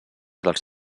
dels